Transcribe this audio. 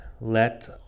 Let